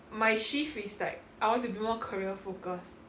my shift is like I want to do more career focused